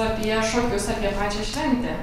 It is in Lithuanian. apie šokius apie pačią šventę